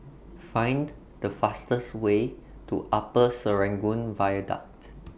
Find The fastest Way to Upper Serangoon Viaduct